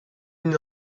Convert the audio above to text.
n’y